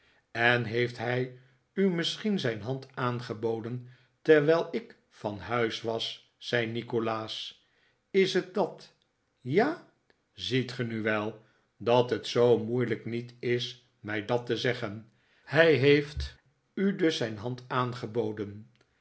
en heeft hij u misschien zijn hand aangeboden terwijl ik van huis was zei nikolaas is het dat ja ziet genu wel dat het zoo moeilijk niet is mij dat te zeggen hij heeft u dus zijn hand aangeboden